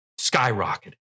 skyrocketed